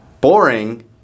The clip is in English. Boring